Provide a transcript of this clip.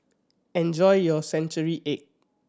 enjoy your century egg